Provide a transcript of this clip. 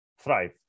Thrive